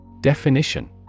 Definition